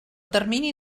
termini